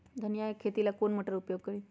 धनिया के खेती ला कौन मोटर उपयोग करी?